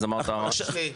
זה לקשישים.